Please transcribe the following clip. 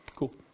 Cool